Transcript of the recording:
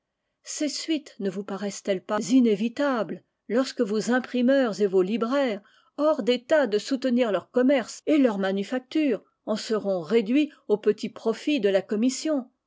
ces suites ne vous paraissent elles pas inévitables lorsque vos imprimeurs et vos libraires hors d'état de soutenir leur commerce et leurs manufactures en seront réduits aux petits profits de la commission